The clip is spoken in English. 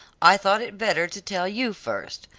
i thought it better to tell you first.